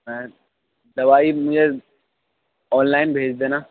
میں دوائی مجھے آن لائن بھیج دینا